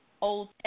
Old